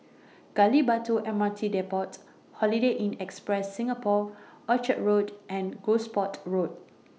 Gali Batu M R T Depot Holiday Inn Express Singapore Orchard Road and Gosport Road